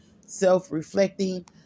self-reflecting